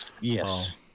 yes